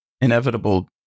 inevitable